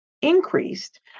increased